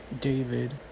David